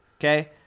okay